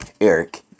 Eric